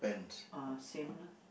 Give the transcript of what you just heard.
uh same lah